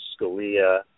Scalia